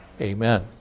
amen